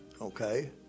Okay